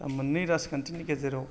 दा मोननै राजखान्थिनि गेजेराव